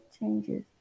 changes